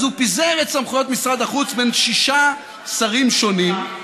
אז הוא פיזר את סמכויות משרד החוץ בין שישה שרים שונים,